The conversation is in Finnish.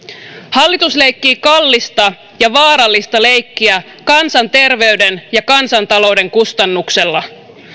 hallitus leikkii kallista ja vaarallista leikkiä kansanterveyden ja kansantalouden kustannuksella